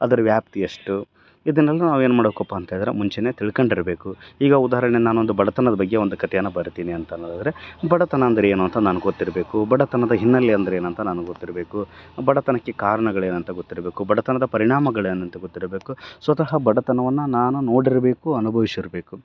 ಅದ್ರ ವ್ಯಾಪ್ತಿ ಎಷ್ಟು ಇದನ್ನೆಲ್ಲ ನಾವು ಏನು ಮಾಡ್ಬೇಕಪ್ಪ ಅಂತೆಳಿದ್ರೆ ಮುಂಚೆ ತಿಳ್ಕೊಂಡಿರ್ಬೇಕು ಈಗ ಉದಾರಣೆ ನಾನೊಂದು ಬಡತನದ ಬಗ್ಗೆ ಒಂದು ಕತೆಯನ್ನು ಬರೀತೀನಿ ಅಂತ ಅನ್ನೋದಾದ್ರೆ ಬಡತನ ಅಂದರೆ ಏನು ಅಂತ ನನ್ಗೆ ಗೊತ್ತಿರಬೇಕು ಬಡತನದ ಹಿನ್ನಲೆ ಅಂದರೆ ಏನಂತ ನನಗೆ ಗೊತ್ತಿರಬೇಕು ಬಡತನಕ್ಕೆ ಕಾರಣಗಳೇನಂತ ಗೊತ್ತಿರಬೇಕು ಬಡತನದ ಪರಿಣಾಮಗಳೆನಂತ ಗೊತ್ತಿರಬೇಕು ಸ್ವತಹ ಬಡತನವನ್ನು ನಾನು ನೋಡಿರಬೇಕು ಅನುಭವಿಸಿರ್ಬೇಕು